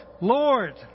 Lord